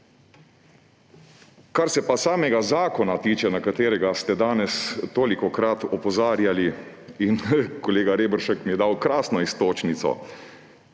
Kar se pa samega zakona tiče, na katerega ste danes tolikokrat opozarjali. Kolega Reberšek mi je dal krasno iztočnico.